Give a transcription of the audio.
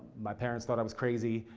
my parents thought i was crazy.